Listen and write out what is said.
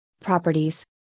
properties